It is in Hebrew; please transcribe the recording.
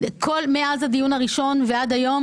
מאז הדיון הראשון ועד היום,